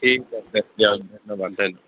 ঠিক আছে দিয়ক ধন্যবাদ